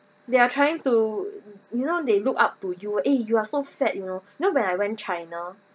they are trying to you know they look up to you eh you are so fat you know know when I went china